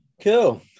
Cool